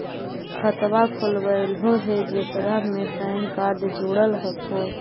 खातवा खोलवैलहो हे जेकरा मे पैन कार्ड जोड़ल हको?